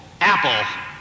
Apple